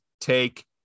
take